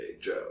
Joe